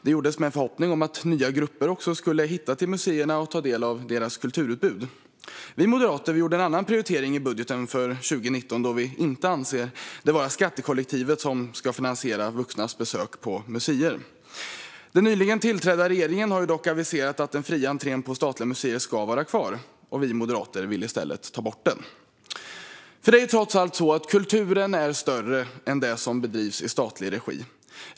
Det gjordes också med förhoppningen att nya grupper skulle hitta till museerna och ta del av deras kulturutbud. Vi moderater gjorde en annan prioritering i budgeten för 2019 eftersom vi anser att skattekollektivet inte ska finansiera vuxnas besök på museer. Den nyligen tillträdda regeringen har dock aviserat att den fria entrén på statliga museer ska vara kvar medan vi moderater som sagt vill ta bort den. Det är trots allt så att kulturen är större än det som bedrivs i statlig regi.